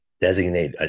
designate